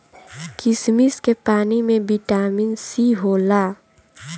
किशमिश के पानी में बिटामिन सी होला